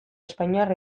espainiar